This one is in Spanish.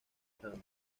tanto